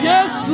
Yes